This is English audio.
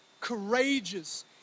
courageous